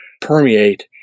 permeate